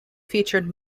featured